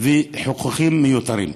וחיכוכים מיותרים.